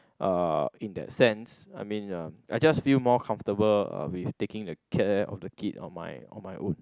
uh in that sense I mean uh I just feel more comfortable uh with taking the care of the kid on my on my own